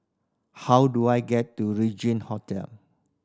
how do I get to Regin Hotel